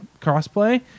cross-play